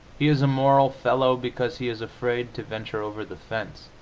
he is a moral fellow because he is afraid to venture over the fence